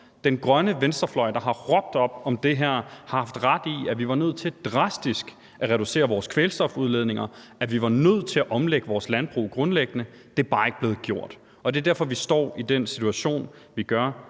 Den grønne venstrefløj, der har råbt op om det her, har haft ret i, at vi var nødt til at reducere vores kvælstofudledninger drastisk, og at vi var nødt til at omlægge vores landbrug grundlæggende. Det er bare ikke blevet gjort, og det er derfor, vi står i den situation, vi står